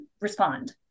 respond